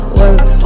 work